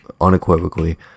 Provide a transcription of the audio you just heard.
unequivocally